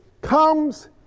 comes